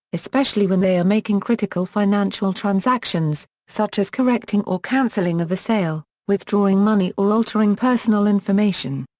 especially when they are making critical financial transactions, such as correcting or cancelling of a sale, withdrawing money or altering personal information.